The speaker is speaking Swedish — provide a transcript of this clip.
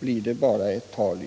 blir det bara löst prat.